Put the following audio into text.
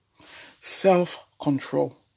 Self-control